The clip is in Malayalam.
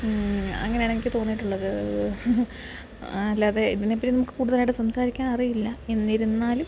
അങ്ങനെയാണ് എനിക്ക് തോന്നിയിട്ടുള്ളത് അല്ലാതെ ഇതിനപ്പുറം നമുക്ക് കൂടുതലായിട്ട് സംസാരിക്കാൻ അറിയില്ല എന്നിരുന്നാലും